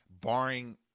barring